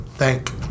Thank